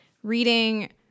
reading